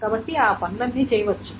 కాబట్టి ఆ పనులన్నీ చేయవచ్చు